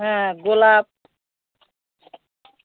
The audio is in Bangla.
হ্যাঁ গোলাপ